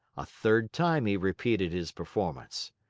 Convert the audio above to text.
a third time he repeated his performance.